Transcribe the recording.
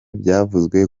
byavuzwe